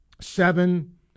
Seven